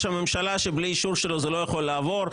הממשלה שבלי אישור שלו זה לא יכול לעבור.